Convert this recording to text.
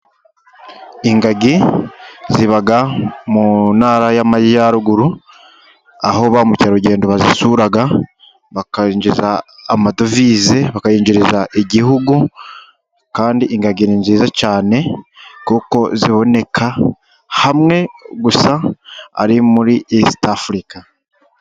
Ingagi ziba mu ntara y'amajyaruguru. Aho bamukerarugendo bazisura, bakanyinjiza amadovize, bakayinjiriza igihugu kandi ingagi ni nziza cyane kuko ziboneka hamwe gusa ari muri East africa.